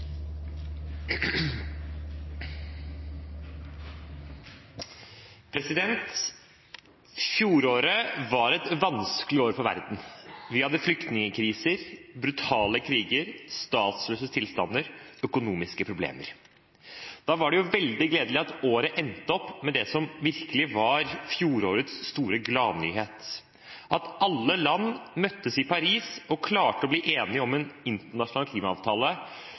Fjoråret var et vanskelig år for verden. Vi hadde flyktningkriser, brutale kriger, statsløse tilstander, økonomiske problemer. Da var det veldig gledelig at året endte opp med det som virkelig var fjorårets store gladnyhet: At alle land møttes i Paris og klarte å bli enige om en internasjonal klimaavtale